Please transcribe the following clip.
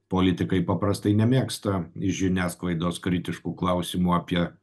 politikai paprastai nemėgsta iš žiniasklaidos kritiškų klausimų apie